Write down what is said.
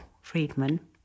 Friedman